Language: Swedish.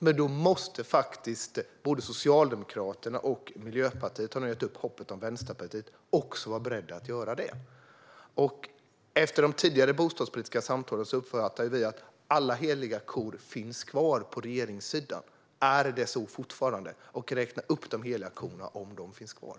Men då måste både Socialdemokraterna och Miljöpartiet - jag har nu gett upp hoppet om Vänsterpartiet - också vara beredda att göra det. Efter de tidigare bostadspolitiska samtalen uppfattar vi att alla heliga kor finns kvar på regeringssidan. Är det så fortfarande? Räkna upp de heliga korna, om de finns kvar!